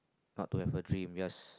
not to have a dream just